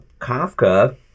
Kafka